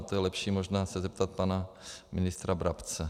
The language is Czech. A je lepší možná se zeptat pana ministra Brabce.